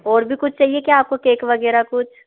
और भी कुछ चाहिए क्या आपको केक वग़ैरह कुछ